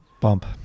Bump